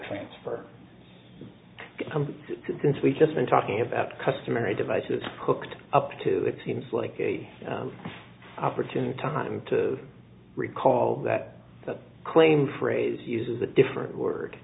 transfer since we've just been talking about customary devices hooked up to it seems like a opportune time to recall that the claim phrase uses a different wor